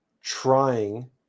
trying